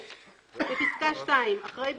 בפסקה (2), אחרי "בהתחשב"